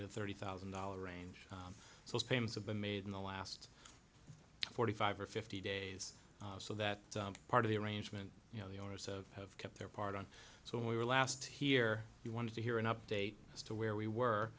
to thirty thousand dollar range so payments have been made in the last forty five or fifty days so that part of the arrangement you know the owners of have kept their part on so we were last here you wanted to hear an update as to where we were